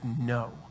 no